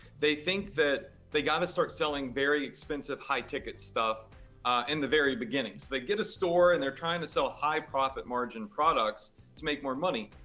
they think that they gotta start selling very expensive, high-ticket stuff in the very beginning. so they get a store and they're trying to sell high profit margin products to make more money.